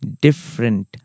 different